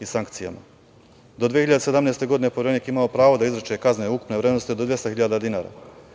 i sankcijama. Do 2017. godine Poverenik je imao pravo da izriče kazne ukupne vrednosti do 200.000 dinara.